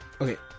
okay